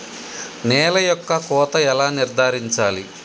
నేల యొక్క కోత ఎలా నిర్ధారించాలి?